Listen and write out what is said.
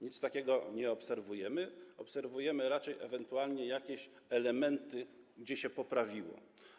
Nic takiego nie obserwujemy, obserwujemy raczej ewentualnie jakieś elementy tam, gdzie się poprawiło.